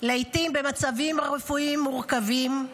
לעיתים במצבים רפואיים מורכבים,